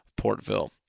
Portville